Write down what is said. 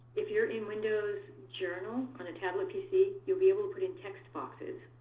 if you're in windows journal on a tablet pc, you'll be able to put in text boxes.